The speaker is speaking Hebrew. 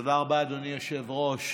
תודה רבה, אדוני היושב-ראש,